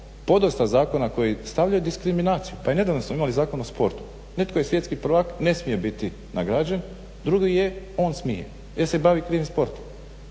podosta zakona koji stavljaju u diskriminaciju. Pa i nedavno smo imali Zakon o sportu. Netko je svjetski prvak, ne smije biti nagrađen. Drugi je, on smije jer se bavi krivim sportom.